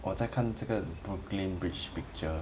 我在看这个 brooklyn bridge picture